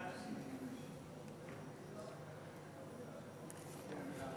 מי נמנע?